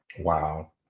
Wow